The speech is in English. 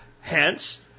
Hence